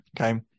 okay